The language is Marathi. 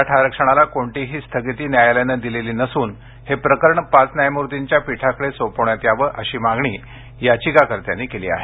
मराठा आरक्षणला कोणतीही स्थगिती न्यायालयानं दिलेली नसून हे प्रकरण पाच न्यायमूर्तीच्या पीठाकडे सोपवण्यात यावं अशी मागणी याचिकाकर्त्यांनी केली आहे